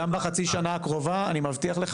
גם בחצי השנה הקרובה אני מבטיח לך